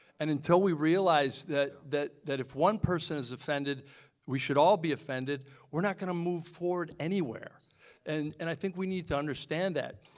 and until we realize that that if one person is offended we should all be offended we're not going to move forward anywhere and and i think we need to understand that.